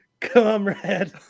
comrade